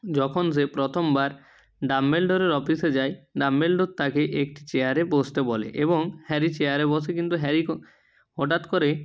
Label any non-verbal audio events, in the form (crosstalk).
যখন সে প্রথমবার ডাম্বেলডরের অফিসে যায় ডাম্বেলডর তাকে একটি চেয়ারে বসতে বলে এবং হ্যারি চেয়ারে বসে কিন্তু হ্যারি (unintelligible) হঠাৎ করে